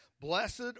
Blessed